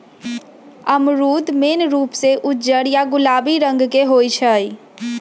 अमरूद मेन रूप से उज्जर या गुलाबी रंग के होई छई